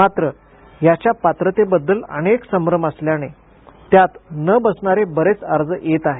मात्र याच्या पात्रतेबद्दल अनेक संभ्रम असल्याने त्यात न बसणारे बरेच अर्ज येत आहेत